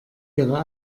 ihre